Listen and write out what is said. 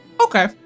okay